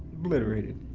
obliterated.